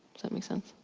that make sense?